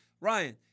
Ryan